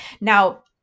Now